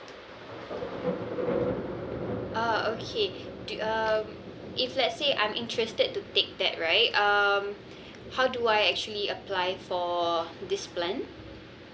oh okay do uh if let's say I'm interested to take that right um how do I actually apply for this plan